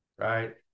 right